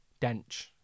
Dench